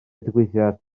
digwyddiad